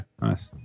Nice